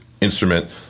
instrument